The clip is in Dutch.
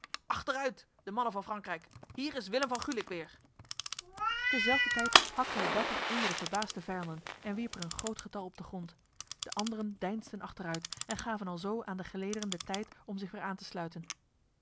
de mannen van frankrijk hier is willem van gulik weer terzelfder tijd hakte hij dapper onder de verbaasde vijanden en wierp er een groot getal op de grond de anderen deinsden achteruit en gaven alzo aan de gelederen de tijd om zich weer aan te sluiten